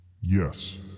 Yes